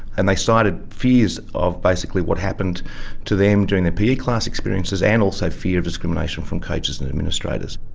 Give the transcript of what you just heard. and they cited fears of basically what happened to them during their pe class experiences and also fear of discrimination from coaches and administrators.